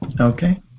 Okay